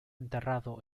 enterrado